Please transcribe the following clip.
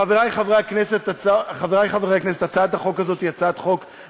חברי חברי הכנסת, הצעת החוק הזו היא הצעה מגוחכת.